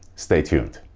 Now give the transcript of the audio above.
stay tuned.